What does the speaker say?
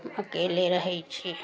हम अकेले रहै छी